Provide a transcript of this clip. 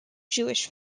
jewish